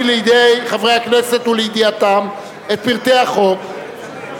לידי חברי הכנסת ולידיעתם את פרטי החוק.